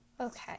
Okay